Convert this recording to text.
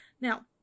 Now